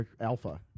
Alpha